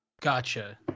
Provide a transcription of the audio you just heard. Gotcha